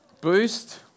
Boost